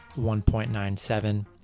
1.97